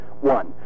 One